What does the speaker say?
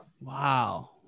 wow